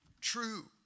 True